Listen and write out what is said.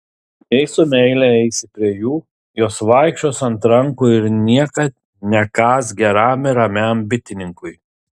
jei su meile eisi prie jų jos vaikščios ant rankų ir niekad nekąs geram ir ramiam bitininkui